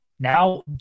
Now